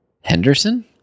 Henderson